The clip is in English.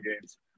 games